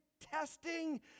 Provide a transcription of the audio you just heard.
testing